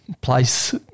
place